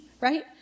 right